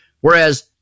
whereas